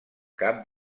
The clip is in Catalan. cap